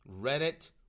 Reddit